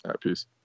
Peace